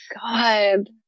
God